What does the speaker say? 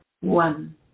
One